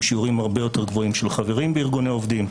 שיעורים הרבה יותר גבוהים של חברים בארגוני עובדים,